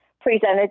presented